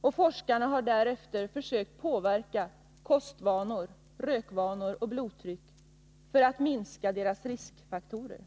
och forskarna har därefter försökt påverka kostvanor, rökvanor och blodtryck för att minska riskfaktorerna.